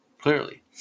clearly